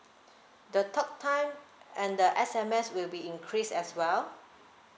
the talk time and the S_M_S will be increased as well